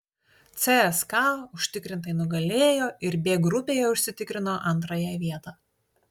cska užtikrintai nugalėjo ir b grupėje užsitikrino antrąją vietą